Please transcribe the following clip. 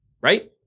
right